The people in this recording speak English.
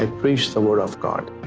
ah preach the word of god.